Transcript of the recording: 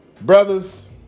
Brothers